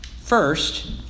First